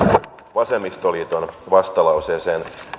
vasemmistoliiton vastalauseeseen